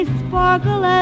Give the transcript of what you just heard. sparkle